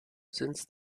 since